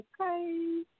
okay